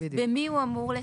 במי הוא אמור לטפל.